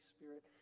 Spirit